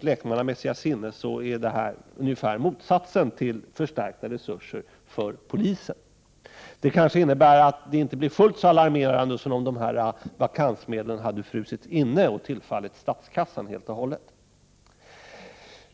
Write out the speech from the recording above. lekmannamässiga sinne, är detta ungefär motsatsen till förstärkta resurser för polisen. Men detta kanske innebär att det inte blir fullt så alarmerande som om dessa vakansmedel frusit inne och i stället tillfallit statskassan.